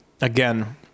again